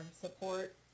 support